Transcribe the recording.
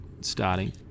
starting